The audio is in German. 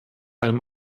einem